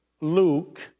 Luke